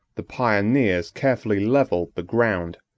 the pioneers carefully levelled the ground,